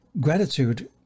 gratitude